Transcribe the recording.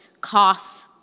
costs